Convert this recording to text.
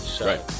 Right